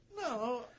No